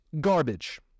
garbage